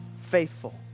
faithful